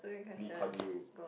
Lee Kuan Yew